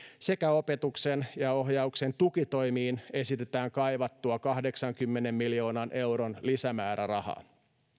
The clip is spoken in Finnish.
sekä opetuksen ja ohjauksen tukitoimiin esitetään kaivattua kahdeksankymmenen miljoonan euron lisämäärärahaa